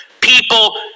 people